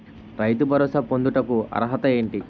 రైతు భరోసా పొందుటకు అర్హత ఏంటి?